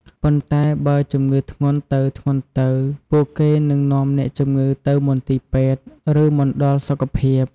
ប៉ុន្តែ បើជំងឺធ្ងន់ទៅៗ ពួកគេនឹងនាំអ្នកជំងឺទៅមន្ទីរពេទ្យ ឬ មណ្ឌលសុខភាព។